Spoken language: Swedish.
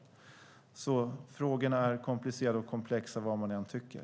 Frågorna är komplicerade och komplexa, vad man än tycker.